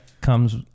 comes